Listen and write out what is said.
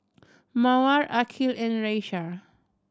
Mawar Aqil and Raisya